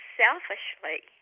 selfishly